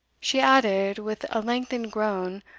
she added, with a lengthened groan,